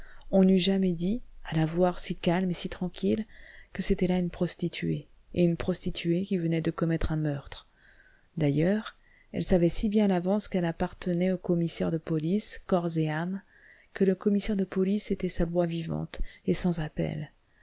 on n'eût jamais dit à la voir si calme et si tranquille que c'était là une prostituée et une prostituée qui venait de commettre un meurtre d'ailleurs elle savait si bien à l'avance qu'elle appartenait au commissaire de police corps et âme que le commissaire de police était sa loi vivante et sans appel